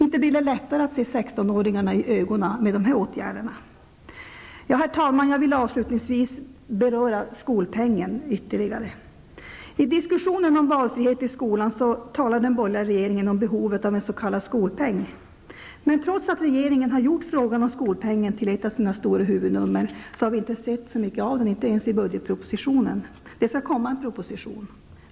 Inte blir det lättare att se 16-åringarna i ögonen med dessa åtgärder! Jag vill avslutningsvis ytterligare beröra skolpengen. I diskussionen om valfrihet i skolan talar den borgerliga regeringen om behovet av en s.k. skolpeng, men trots att regeringen har gjort frågan om skolpengen till ett av sina stora huvudnummer har vi inte sett så mycket av den, inte ens i budgetpropositionen. Jag vet att det skall komma en proposition.